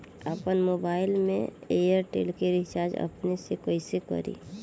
आपन मोबाइल में एयरटेल के रिचार्ज अपने से कइसे करि?